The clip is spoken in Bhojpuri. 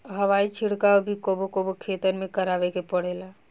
हवाई छिड़काव भी कबो कबो खेतन में करावे के पड़ेला